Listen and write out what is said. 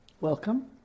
welcome